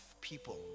people